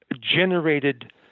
generated